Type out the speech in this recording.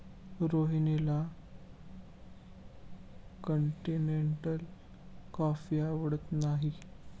रोहिणीला continental coffee आवडत नाही